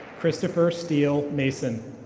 christopher steel mason.